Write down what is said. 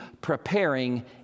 preparing